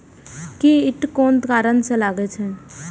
कीट कोन कारण से लागे छै?